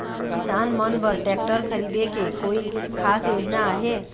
किसान मन बर ट्रैक्टर खरीदे के कोई खास योजना आहे?